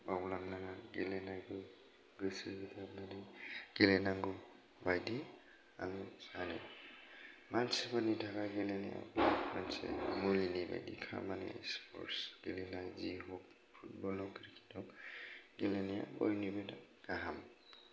बावलांनाङा गेलेनायखौ गोसो होनानै गेलेनांगौ बादि आं सानो मानसिफोरनि थाखाय गेलेनाया बे मोनसे मुलिनिबादि खामानि स्पर्टस गेलेनानै जि हक फुतबल हक काबादि हक गेलेनाया बयनिबो थाखाय गाहाम